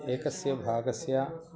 एकस्य भागस्य